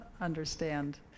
understand